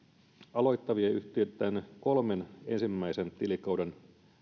aloittavien yhtiöitten kolmen ensimmäisen tilikauden